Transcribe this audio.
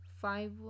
five